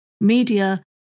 media